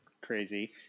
crazy